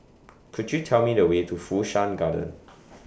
Could YOU Tell Me The Way to Fu Shan Garden